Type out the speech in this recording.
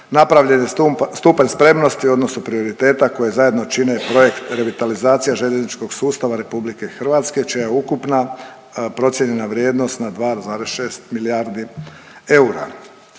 napravljeni je stupanj spremnosti u odnosu prioriteta koji zajedno čine projekt revitalizacija željezničkog sustava RH, čija ukupna procijenjena vrijednost na 2,6 milijardi eura.